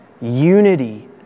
unity